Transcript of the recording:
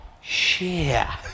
Share